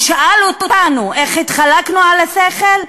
הוא שאל אותנו איך התחלקנו על השכל?